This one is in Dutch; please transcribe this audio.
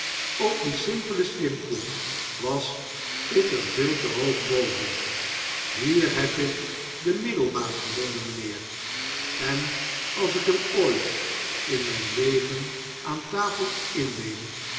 op dien simpele simplom was ik er veel te hoog boven hier heb ik de middelmaat gevonden meneer en als ik hem ooit in mjjn leven aantafelinneem